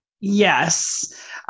Yes